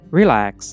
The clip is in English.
relax